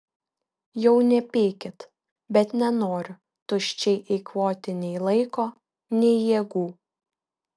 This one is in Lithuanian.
jau nepykit bet nenoriu tuščiai eikvoti nei laiko nei jėgų